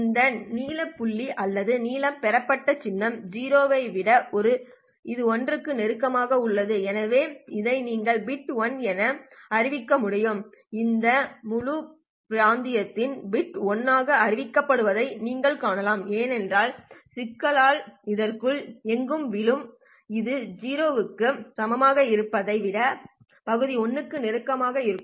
இந்த நீல புள்ளி அல்லது நீல பெறப்பட்ட சின்னம் 0 ஐ விட இந்த 1 க்கு நெருக்கமாக உள்ளது எனவே இதை நீங்கள் பிட் 1 என அறிவிக்க முடியும் இந்த முழு பிராந்தியமும் பிட் 1 ஆக அறிவிக்கப்படுவதை நீங்கள் காணலாம் ஏனென்றால் சிக்னல் இதற்குள் எங்கும் விழும் இது 0 க்கு சமமாக இருப்பதை விட பகுதி 1 க்கு நெருக்கமாக இருக்கும்